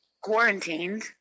Quarantined